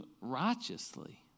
righteously